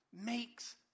makes